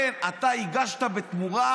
האנשים האלה היו מסתובבים ומחפשים אותך